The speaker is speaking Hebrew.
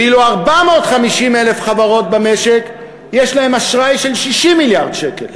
ואילו 450,000 חברות במשק יש להן אשראי של 60 מיליארד שקל,